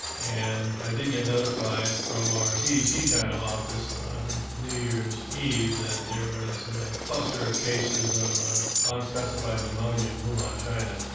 and i did get notified from our cdc china office on new year's eve that there was a cluster of cases of a unspecified pneumonia in wuhan, china,